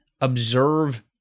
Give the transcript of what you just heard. observe